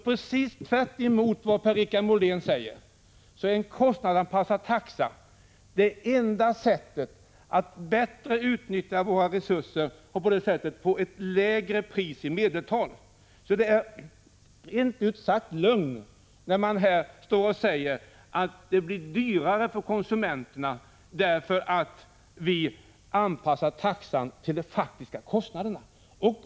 Precis tvärtemot vad Per-Richard Molén säger är en kostnadsanpassning av taxorna det enda sättet att bättre utnyttja våra resurser och på så vis få ett lägre pris i medeltal. Det är rent ut sagt lögn när Per-Richard Molén står här och säger att det blir dyrare för konsumenterna därför att vi anpassar taxan till de faktiska kostnaderna.